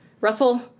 Russell